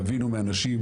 גבינו מאנשים,